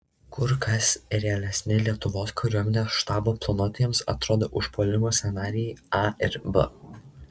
kur kas realesni lietuvos kariuomenės štabo planuotojams atrodė užpuolimų scenarijai a ir b